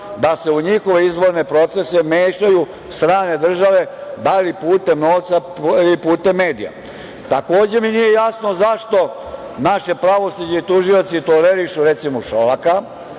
da se u njihove izborne procese mešaju strane države, dali putem novca ili putem medija. Takođe, mi nije jasno zašto naše pravosuđe i tužioci tolerišu recimo Šolaka